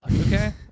Okay